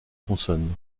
consonnes